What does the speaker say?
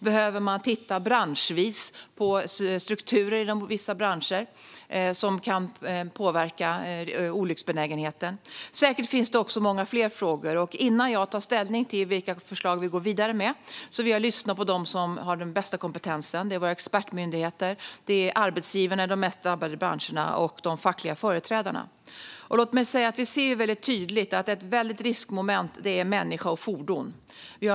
Behöver man titta branschvis på strukturer som kan påverka olycksbenägenheten? Det finns säkert många fler frågor. Innan jag tar ställning till vilka förslag vi ska gå vidare med vill jag lyssna på dem som har den bästa kompetensen. Det är våra expertmyndigheter, arbetsgivarna i de mest drabbade branscherna och de fackliga företrädarna. Vi ser tydligt att ett stort riskmoment är människa och fordon.